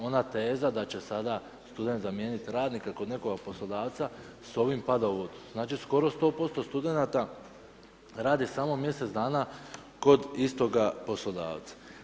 Ona teza da će sada student zamijeniti radnika kod nekog poslodavca s ovim pada u vodu, znači skoro 100% studenata radi samo mjesec dana kod istoga poslodavca.